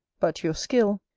but your skill,